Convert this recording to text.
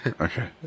Okay